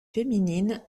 féminine